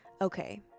Okay